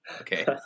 Okay